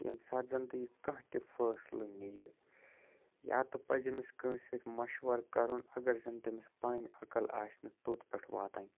ییٚمہِ ساتہٕ زَنتہٕ یہِ کانٛہہ تہِ فٲصلہِ نِیہِ یا تہٕ پَزِ أمِس کٲنٛسہِ سۭتۍ مَشوَر کَرُن اگر زَن تٔمِس پَنٕنۍ عقل آسنہٕ توٚت پیٹھ واتان کِہیٖنۍ تہِ